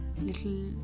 little